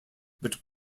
but